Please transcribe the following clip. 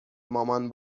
مامان